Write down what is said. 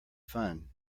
fun